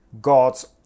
Gods